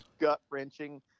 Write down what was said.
Gut-wrenching